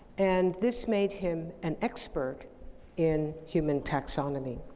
and this made him an expert in human taxonomy.